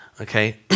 Okay